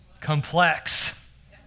complex